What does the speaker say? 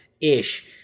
Ish